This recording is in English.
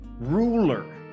ruler